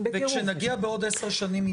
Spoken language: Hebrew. וכשנגיע בעוד 10 שנים,